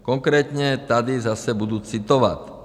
Konkrétně, tady zase budu citovat.